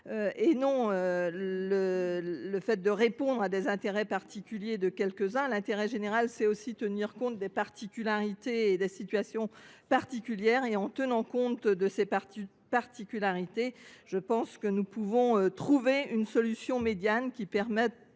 et non le fait de répondre à des intérêts particuliers de quelques-uns. L'intérêt général c'est aussi tenir compte des particularités et des situations particulières et en tenant compte de ces particularités je pense que nous pouvons trouver une solution médiane qui permette